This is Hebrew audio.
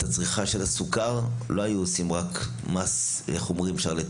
צריכת הסוכר לא היו עושים רק מס שרלטני,